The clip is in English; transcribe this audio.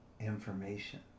information